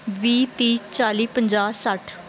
ਵੀਹ ਤੀਹ ਚਾਲੀ ਪੰਜਾਹ ਸੱਠ